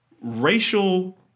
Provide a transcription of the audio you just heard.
racial